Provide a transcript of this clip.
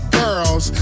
girls